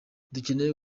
dukeneye